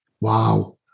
wow